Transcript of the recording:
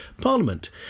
Parliament